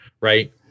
Right